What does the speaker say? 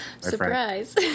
surprise